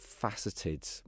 faceted